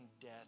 death